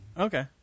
Okay